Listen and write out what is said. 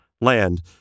land